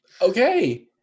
Okay